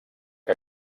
que